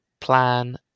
Plan